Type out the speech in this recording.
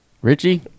Richie